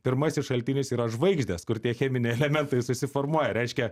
pirmasis šaltinis yra žvaigždės kur tie cheminiai elementai susiformuoja reiškia